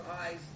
eyes